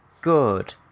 good